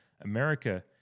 America